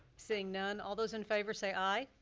seeing none, all those in favor, say aye.